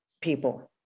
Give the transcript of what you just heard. people